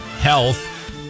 Health